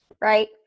right